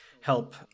help